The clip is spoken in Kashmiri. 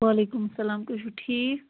وَعلیکُم اسَلام تُہۍ چھُو ٹھیٖک